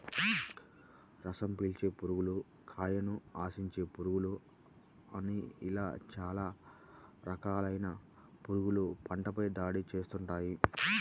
రసం పీల్చే పురుగులు, కాయను ఆశించే పురుగులు అని ఇలా చాలా రకాలైన పురుగులు పంటపై దాడి చేస్తుంటాయి